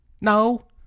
No